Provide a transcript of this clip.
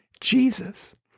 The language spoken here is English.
Jesus